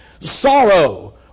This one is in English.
sorrow